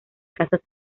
casas